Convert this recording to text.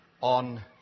on